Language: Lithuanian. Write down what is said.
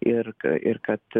ir ir kad